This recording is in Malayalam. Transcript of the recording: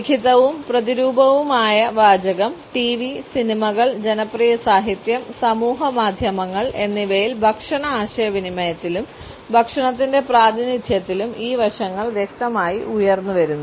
ലിഖിതവും പ്രതിരൂപവുമായ വാചകം ടിവി സിനിമകൾ ജനപ്രിയ സാഹിത്യം സമൂഹമാധ്യമങ്ങൾ എന്നിവയിൽ ഭക്ഷണ ആശയവിനിമയത്തിലും ഭക്ഷണത്തിന്റെ പ്രാതിനിധ്യത്തിലും ഈ വശങ്ങൾ വ്യക്തമായി ഉയർന്നുവരുന്നു